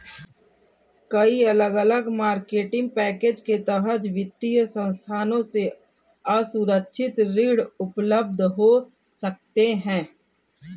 कई अलग अलग मार्केटिंग पैकेज के तहत वित्तीय संस्थानों से असुरक्षित ऋण उपलब्ध हो सकते हैं